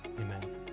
amen